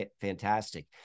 fantastic